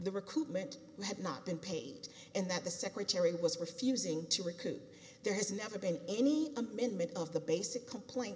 the recruitment had not been paid and that the secretary was refusing to recoup there has never been any commitment of the basic complaint